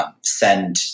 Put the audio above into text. send